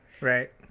right